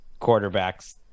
quarterbacks